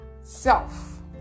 Self